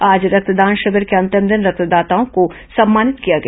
आज रक्तदान शिविर के अंतिम दिन रक्तदाताओं को सम्मानित किया गया